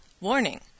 Warning